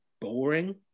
boring